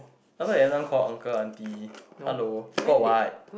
I thought you everytime call uncle auntie hello got what